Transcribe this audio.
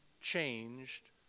changed